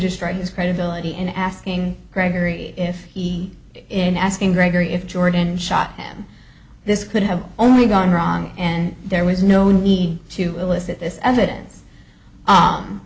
destroy his credibility in asking gregory if he in asking gregory if jordan shot him this could have only gone wrong and there was no need to elicit this evidence